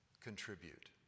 contribute